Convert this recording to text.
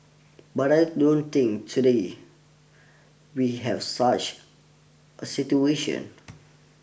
but I don't think today we have such a situation